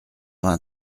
vingt